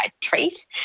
treat